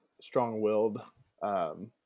strong-willed